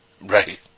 Right